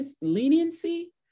leniency